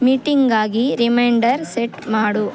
ಮೀಟಿಂಗಾಗಿ reminder set ಮಾಡು